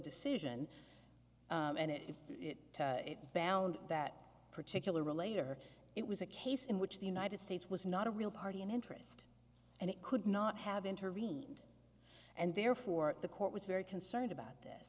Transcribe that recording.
decision and if it balland that particular relator it was a case in which the united states was not a real party in interest and it could not have intervened and therefore the court was very concerned about this